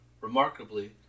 Remarkably